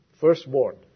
Firstborn